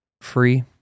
free